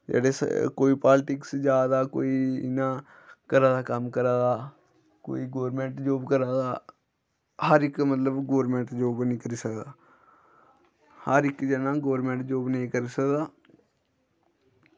जेह्ड़े कोई पालटिक्स जा दा कोई इ'यां घरा दा कम्म करा दा कोई गौरमैंट जॉब करा दा हर इक मतलब गौरमैंट जॉब निं करी सकदा हर इक जनां गौरमैंट जॉब नेईं करी सकदा